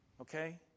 Okay